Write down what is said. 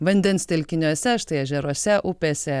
vandens telkiniuose štai ežeruose upėse